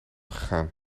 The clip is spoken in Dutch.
gegaan